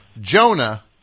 Jonah